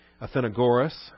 Athenagoras